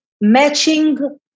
matching